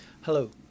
Hello